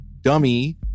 dummy